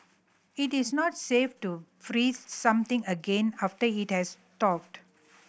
it is not safe to freeze something again after it has thawed